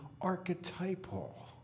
archetypal